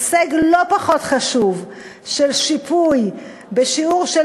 הישג לא פחות חשוב של שיפוי בשיעור של